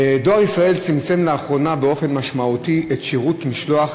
דואר ישראל צמצם לאחרונה באופן משמעותי את שירות משלוח